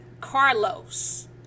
Carlos